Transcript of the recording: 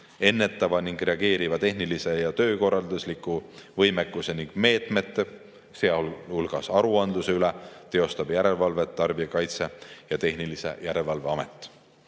Ennetava ning reageeriva tehnilise ja töökorraldusliku võimekuse ning meetmete, sealhulgas aruandluse üle, teostab järelevalvet Tarbijakaitse ja Tehnilise Järelevalve Amet.